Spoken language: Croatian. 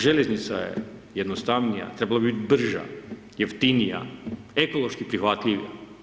Željeznica je jednostavnija, trebalo bi biti brža, jeftinija, ekološki prihvatljivija.